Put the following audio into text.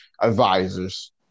advisors